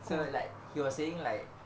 so like he was saying like